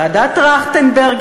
ועדת טרכטנברג,